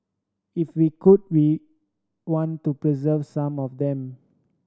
if we could we want to preserve some of them